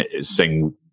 sing